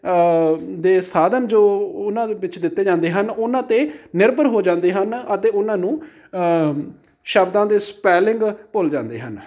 ਦੇ ਸਾਧਨ ਜੋ ਉਹਨਾਂ ਦੇ ਵਿੱਚ ਦਿੱਤੇ ਜਾਂਦੇ ਹਨ ਉਹਨਾਂ 'ਤੇ ਨਿਰਭਰ ਹੋ ਜਾਂਦੇ ਹਨ ਅਤੇ ਉਹਨਾਂ ਨੂੰ ਸ਼ਬਦਾਂ ਦੇ ਸਪੈਲਿੰਗ ਭੁੱਲ ਜਾਂਦੇ ਹਨ